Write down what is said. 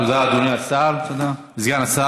תודה, אדוני סגן השר.